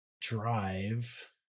drive